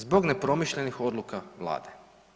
Zbog nepromišljenih odluka Vlade.